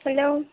hello